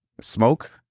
Smoke